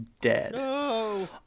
dead